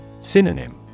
Synonym